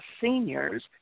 seniors